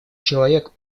человек